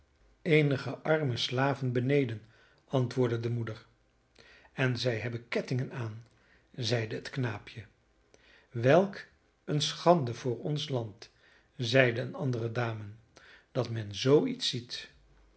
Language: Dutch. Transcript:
eenige arme slaven beneden antwoordde de moeder en zij hebben kettingen aan zeide het knaapje welk eene schande voor ons land zeide eene andere dame dat men zoo iets ziet